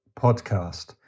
podcast